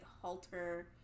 halter